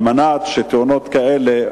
על מנת שתאונות כאלה,